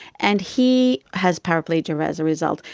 and he has paraplegia um as a result.